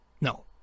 No